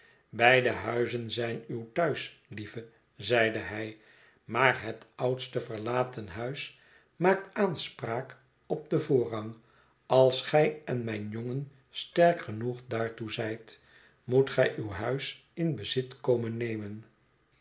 beide huizen zijn uw thuis lieve zeide hij maar het oudste verlaten huis maakt aanspraak op den voorrang als gij en mijn jongen sterk genoeg daartoe zijt moet gij uw huis in bezit komen nemen